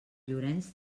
llorenç